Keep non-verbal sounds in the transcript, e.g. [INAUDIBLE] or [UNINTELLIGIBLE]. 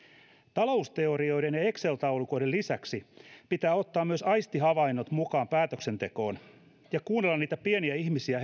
talousteorioiden ja excel taulukoiden lisäksi pitää ottaa myös aistihavainnot mukaan päätöksentekoon ja kuunnella herkällä korvalla niitä pieniä ihmisiä [UNINTELLIGIBLE]